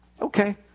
Okay